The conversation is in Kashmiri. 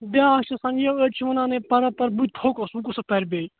بیٛاکھ چھُ آسان یہِ أڈۍ چھِ ونان ہے پران پران بہٕ تھوٚکُس وۅنۍ کُس سا پَرِ بیٚیہِ